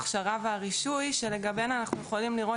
ההכשרה והרישוי שלגביהם אנחנו יכולים לראות